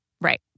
right